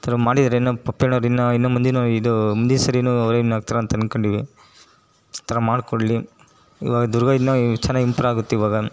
ಈ ಥರ ಮಾಡಿದರೆ ನಮ್ಮ ಪಪ್ಪಿಯಣ್ಣವ್ರು ಇನ್ನೂ ಇನ್ನೂ ಮುಂದಿನ ಇದು ಮುಂದಿನ ಸಾರಿನೂ ಅವರೇ ವಿನ್ ಆಗ್ತಾರಂತ ಅಂದ್ಕೊಂಡೀವಿ ಈ ಥರ ಮಾಡಿಕೊಡ್ಲಿ ಇವಾಗ ದುರ್ಗ ಇನ್ನೂ ಚೆನ್ನಾಗಿ ಇಂಪ್ರೋ ಆಗುತ್ತಿವಾಗ